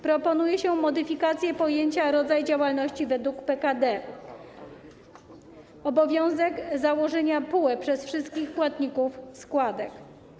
Proponuje się modyfikację pojęcia „rodzaj działalności według PKD”, a także obowiązek założenia PUE przez wszystkich płatników składek.